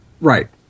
Right